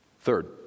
Third